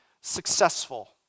successful